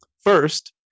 First